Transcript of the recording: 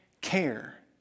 care